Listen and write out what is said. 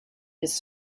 his